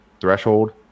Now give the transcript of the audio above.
threshold